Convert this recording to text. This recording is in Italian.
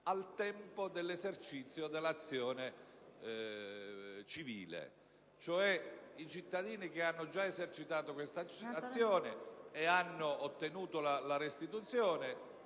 al tempo dell'esercizio dell'azione civile. In altre parole, i cittadini che hanno già esercitato questa azione e hanno ottenuto la restituzione